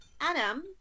Adam